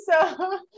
so-